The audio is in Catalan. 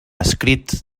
escrit